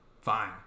fine